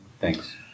thanks